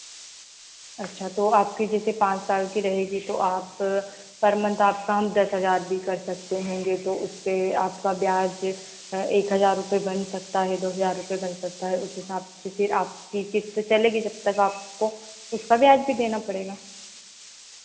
अच्छा तो आपकी जैसे पाँच साल की रहेगी तो आप पर मंथ आपका हम दस हज़ार भी कर सकते हैं ये तो उस पर आपका ब्याज़ एक हज़ार रुपये बन सकता है दो हज़ार रुपये बन सकता है उस हिसाब से फिर आपकी किस्त चलेगी जब तक आपको उसका ब्याज़ भी देना पड़ेगा